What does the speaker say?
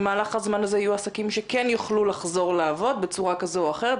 במהלך הזמן הזה יהיו עסקים שכן יוכלו לחזור לעבוד בצורה כזו או אחרת,